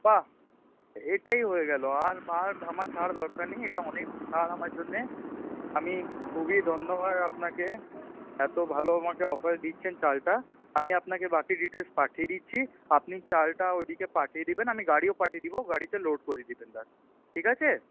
বাহ্ এতেই হয়ে গেল আর আর আমার ছাড় দরকার নেই এটা অনেক ছাড় আমার জন্যে আমি খুবই ধন্য হয়ে আপনাকে এত ভালো আমাকে অফার দিচ্ছেন চালটা আমি আপনাকে বাকি ডিটেলস পাঠিয়ে দিচ্ছি আপনি চালটা ওইদিকে পাঠিয়ে দেবেন আমি গাড়িও পাঠিয়ে দেব গাড়িতে লোড করে দেবেন নয় ঠিক আছে